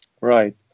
right